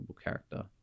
character